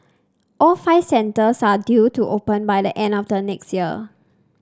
all five centres are due to open by the end of the next year